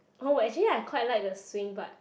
oh actually I quite like the swing but